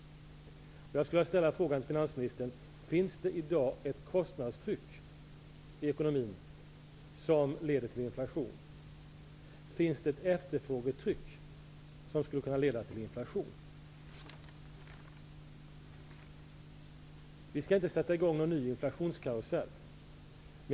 Jag skulle vilja fråga finansministern: Finns det i dag ett kostnadstryck i ekonomin som leder till inflation? Finns det ett efterfrågetryck som skulle kunna leda till inflation? Vi skall inte sätta i gång en ny inflationskarusell.